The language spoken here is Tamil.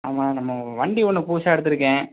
ஆமா நம்ம வண்டி ஒன்று புதுசாக எடுத்துருக்கேன்